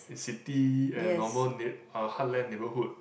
in city and normal nei~ uh heartland neighbourhood